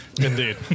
Indeed